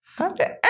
okay